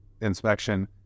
inspection